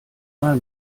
mal